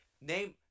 Name